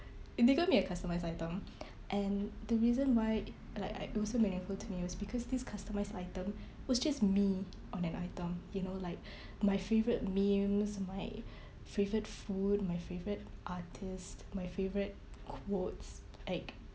and they got me a customised item and the reason why like I it was so meaningful to me was because this customised item was just me on an item you know like my favourite memes my favourite food my favourite artist my favourite quotes like